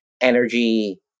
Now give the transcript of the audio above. energy